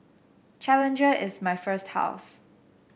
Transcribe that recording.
challenger is my first house